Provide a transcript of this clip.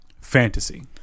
Fantasy